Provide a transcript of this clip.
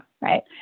right